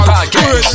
Podcast